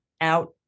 out